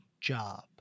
job